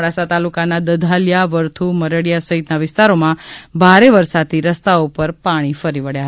મોડાસા તાલુકાના દધાલિયા વરથુ મરડિયા સહિતના વિસ્તારોમાં ભારે વરસાદથી રસ્તાઓ પર પાણી ફરી વળ્યા હતા